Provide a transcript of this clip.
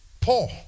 Paul